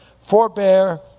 forbear